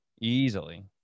Easily